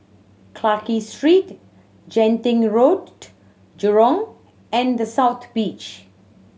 Clarke Street Genting Road Jurong and The South Beach